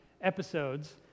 episodes